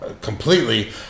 Completely